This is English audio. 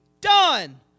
done